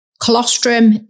Colostrum